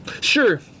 Sure